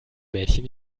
mädchen